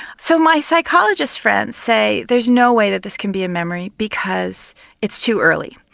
so my psychologist friends say there's no way that this can be a memory because it's too early.